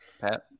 Pat